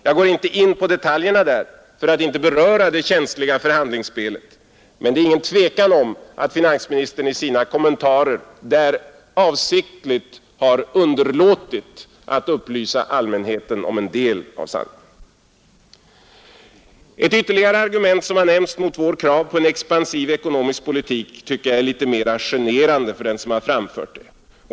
Jag går inte in på detaljerna där för att inte beröra det känsliga förhandlingsläget, men det är inget tvivel om att finansministern i sina kommentarer i det sammanhanget avsiktligt har underlåtit att upplysa allmänheten om en del av sanningen. Ett ytterligare argument som nämnts mot vårt krav på en expansiv ekonomisk politik tycker jag är litet mera generande för den som har framfört det.